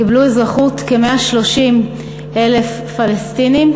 קיבלו אזרחות כ-130,000 פלסטינים,